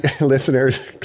listeners